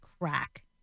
crack